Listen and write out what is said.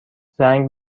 زنگ